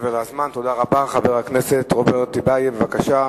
גפני, בבקשה.